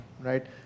right